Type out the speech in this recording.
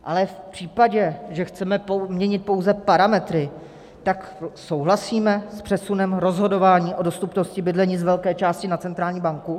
Ale v případě, že chceme měnit pouze parametry, souhlasíme s přesunem rozhodování o dostupnosti bydlení z velké části na centrální banku?